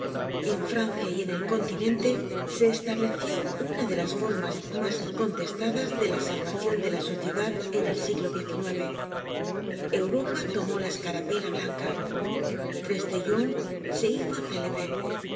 en francia y en el continente se estable ció una de las formas mas incontestadas de la salvacion de la sociedad en el siglo xix europa tomó la escarapela blanca trestaillon se hizo célebre